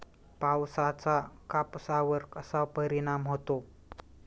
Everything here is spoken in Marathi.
पावसाचा कापसावर कसा परिणाम होतो?